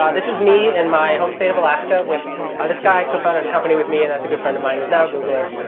yeah this is me in my home state of alaska with this guy co-founded a company with me and that's a good friend of mine who's now a googler.